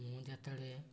ମୁଁ ଯେତେବେଳେ